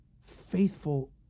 faithful